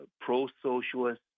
pro-socialist